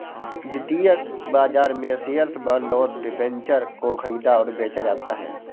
द्वितीयक बाजार में शेअर्स, बॉन्ड और डिबेंचर को ख़रीदा और बेचा जाता है